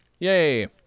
yay